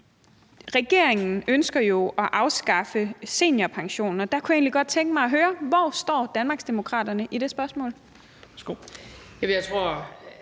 Regeringen ønsker jo at afskaffe seniorpensionen, og der kunne jeg egentlig godt tænke mig at høre: Hvor står Danmarksdemokraterne i det spørgsmål? Kl.